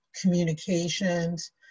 communications